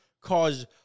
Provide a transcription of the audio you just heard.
cause